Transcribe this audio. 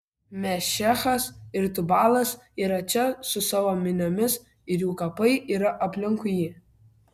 mešechas ir tubalas yra čia su savo miniomis ir jų kapai yra aplinkui jį